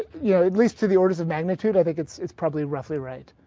yeah at least to the orders of magnitude i think it's it's probably roughly right.